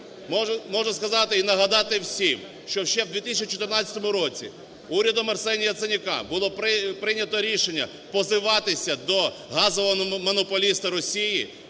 Можу сказати і нагадати всім, що ще в 2014 році урядом Арсенія Яценюка було прийнято рішення позиватися до газового монополіста Росії.